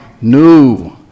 new